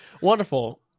Wonderful